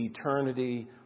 eternity